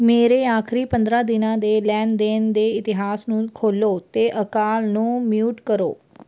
ਮੇਰੇ ਆਖਰੀ ਪੰਦਰਾਂ ਦਿਨਾਂ ਦੇ ਲੈਣ ਦੇਣ ਦੇ ਇਤਿਹਾਸ ਨੂੰ ਖੋਲ੍ਹੋ ਅਤੇ ਅਕਾਲ ਨੂੰ ਮਿਊਟ ਕਰੋ